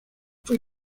fue